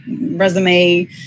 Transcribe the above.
resume